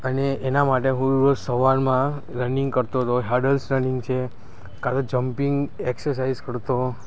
અને એના માટે હું રોજ સવારમાં રનિંગ કરતો હતો હર્ડલ્સ રનિંગ છે કાં તો જમ્પિંગ એક્સરસાઇઝ કરતો